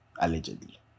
allegedly